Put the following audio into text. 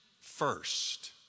first